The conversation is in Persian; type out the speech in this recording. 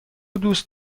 دوست